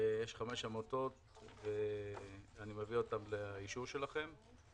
חמש עמותות ואני מביא אותן לאישורכם.